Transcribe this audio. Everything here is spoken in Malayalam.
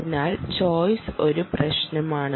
അതിനാൽ ചോയ്സ് ഒരു പ്രശ്നമാണ്